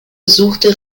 besuchte